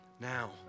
now